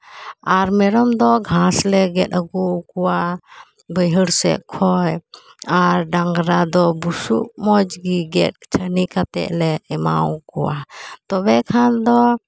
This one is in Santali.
ᱟᱨ ᱢᱮᱨᱚᱢ ᱫᱚ ᱜᱷᱟᱸᱥ ᱞᱮ ᱜᱮᱫ ᱟᱜᱩᱣᱟᱠᱚᱣᱟ ᱵᱟᱹᱭᱦᱟᱹᱲ ᱥᱮᱡ ᱠᱷᱚᱡ ᱟᱨ ᱰᱟᱝᱨᱟ ᱫᱚ ᱵᱩᱥᱩᱵ ᱢᱚᱡᱽ ᱜᱮ ᱜᱮᱫ ᱪᱷᱟᱱᱤ ᱠᱟᱛᱮ ᱞᱮ ᱮᱢᱟᱣᱟᱠᱚᱣᱟ ᱛᱚᱵᱮ ᱠᱷᱟᱱ ᱫᱚ